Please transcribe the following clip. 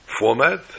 format